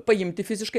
paimti fiziškai